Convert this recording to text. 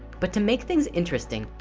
but to make things interesting.